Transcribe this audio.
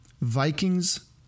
Vikings